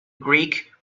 greek